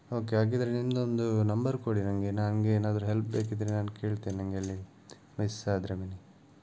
okay ಹಾಗಿದ್ದರೆ ನಿಮ್ಮದೊಂದು number ಕೊಡಿ ನನಗೆ ನನಗೇನಾದ್ರು ಹೆಲ್ಪ್ ಬೇಕಿದ್ದರೆ ನಾನು ಕೇಳ್ತೇನೆ ನನಗಲ್ಲಿ ಮಿಸ್ ಆದರೆ ಬಿನಿ